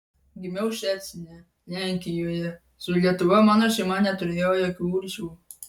gimiau ščecine lenkijoje su lietuva mano šeima neturėjo jokių ryšių